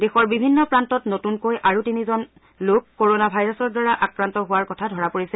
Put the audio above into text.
দেশৰ বিভিন্ন প্ৰান্তত নতুনকৈ আৰু তিনিজন লোক কৰোণা ভাইৰাছৰ দ্বাৰা আক্ৰান্ত হোৱাৰ কথা ধৰা পৰিছে